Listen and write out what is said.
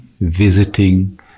visiting